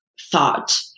thought